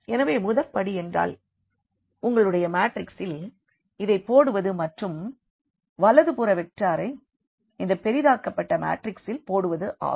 எனவே முதற்படி என்னவென்றால் உங்களுடைய மேட்ரிக்ஸில் இதைப் போடுவது மற்றும் வலது புற வெக்டரை இந்த பெரிதாக்கப்பட்ட மேட்ரிக்ஸில் போடுவது ஆகும்